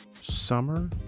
summer